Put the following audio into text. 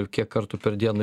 ir kiek kartų per dieną